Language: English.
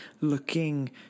looking